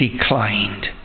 declined